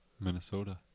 Minnesota